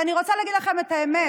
ואני רוצה להגיד לכם את האמת,